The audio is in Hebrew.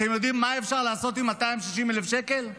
אתם יודעים מה אפשר לעשות עם 260,000 שקל?